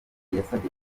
yasabye